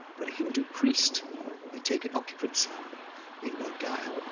but a hindu priest had taken occupancy in bodhgaya,